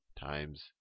times